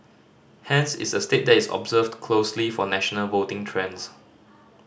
hence it's a state that is observed closely for national voting trends